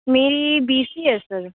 ਮੇਰੀ B C A sir